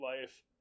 Life